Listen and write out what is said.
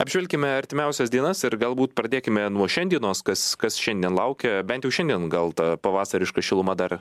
apžvelkime artimiausias dienas ir galbūt pradėkime nuo šiandienos kas kas šiandien laukia bent jau šiandien gal ta pavasariška šiluma dar